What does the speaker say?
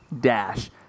dash